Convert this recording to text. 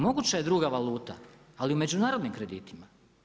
Moguća je druga valuta, ali u međunarodnim kreditima.